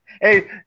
Hey